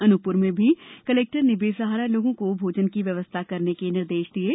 अनुपप्र में भी कलेक्टर ने बेसहारा लोगों को भोजन की व्यवस्था करने के निर्देश दिये हैं